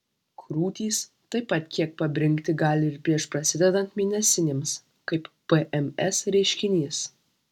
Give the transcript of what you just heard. krūtys taip pat kiek pabrinkti gali ir prieš prasidedant mėnesinėms kaip pms reiškinys